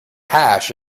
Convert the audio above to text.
hash